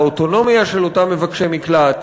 באוטונומיה של אותם מבקשי מקלט.